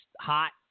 hot